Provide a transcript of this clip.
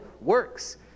works